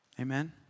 Amen